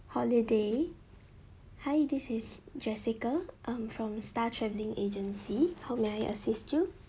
holiday hi this is jessica um from star travelling agency how may I assist you